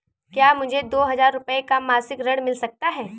क्या मुझे दो हजार रूपए का मासिक ऋण मिल सकता है?